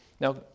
Now